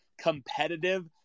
competitive